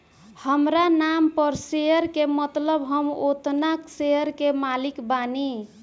हामरा नाम पर शेयर के मतलब हम ओतना शेयर के मालिक बानी